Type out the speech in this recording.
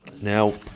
Now